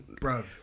bro